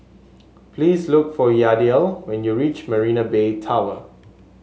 please look for Yadiel when you reach Marina Bay Tower